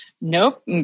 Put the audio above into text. Nope